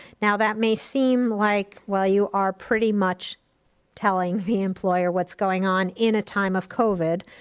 now, that may seem like, well, you are pretty much telling the employer what's going on in a time of covid,